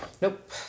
Nope